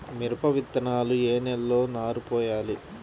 మిరప విత్తనాలు ఏ నెలలో నారు పోయాలి?